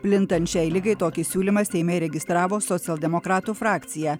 plintant šiai ligai tokį siūlymą seime įregistravo socialdemokratų frakcija